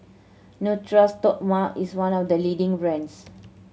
Natura Stoma is one of the leading brands